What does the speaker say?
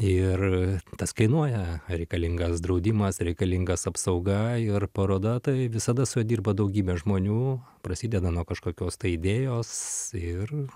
ir tas kainuoja reikalingas draudimas reikalingas apsauga ir paroda tai visada su ja dirba daugybė žmonių prasideda nuo kažkokios tai idėjos ir